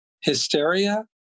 Hysteria